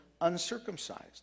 uncircumcised